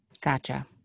Gotcha